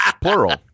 plural